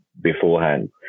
beforehand